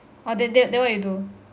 orh then then what you do